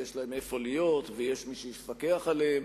ויש להם איפה להיות ויש גם מי שיפקח עליהם.